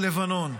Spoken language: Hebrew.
בלבנון.